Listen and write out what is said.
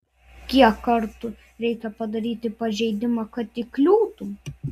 kiek kartų reikia padaryti pažeidimą kad įkliūtum